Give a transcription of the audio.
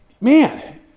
man